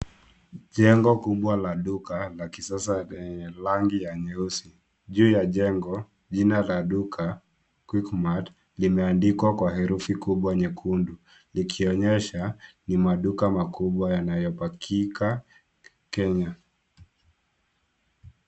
Jengo kubwa la duka la kisasa lenye rangi ya nyeusi. Juu ya jengo jina la duka Quickmart limeandikwa kwa herufi kubwa nyekundu likionyesha ni maduka makubwa yanayobakika Kenya.